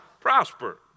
prosper